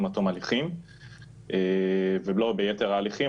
עד תום הליכים ולא ביתר ההליכים.